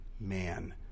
man